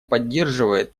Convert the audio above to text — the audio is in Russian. поддерживает